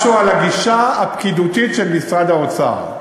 משהו על הגישה הפקידותית של משרד האוצר.